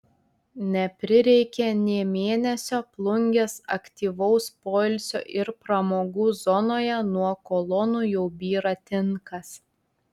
neprireikė nė mėnesio plungės aktyvaus poilsio ir pramogų zonoje nuo kolonų jau byra tinkas